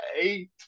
eight